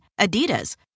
Adidas